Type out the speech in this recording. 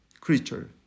creature